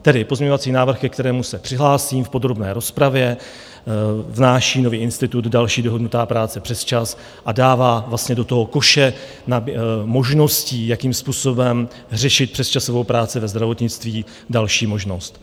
Tedy pozměňovací návrh, ke kterému se přihlásím v podrobné rozpravě, vnáší nový institut další dohodnutá práce přesčas a dává do koše možností, jakým způsobem řešit přesčasovou práci ve zdravotnictví, další možnost.